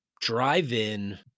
Drive-In